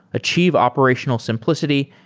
achieve operational simplicity,